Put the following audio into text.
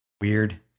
weird